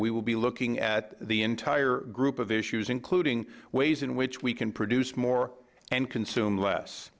we will be looking at the entire group of issues including ways in which we can produce more and consume less